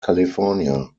california